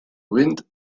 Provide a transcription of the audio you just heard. wind